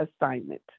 assignment